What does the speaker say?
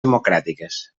democràtiques